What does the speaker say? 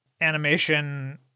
animation